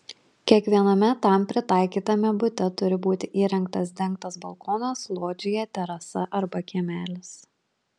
kiekviename tam pritaikytame bute turi būti įrengtas dengtas balkonas lodžija terasa arba kiemelis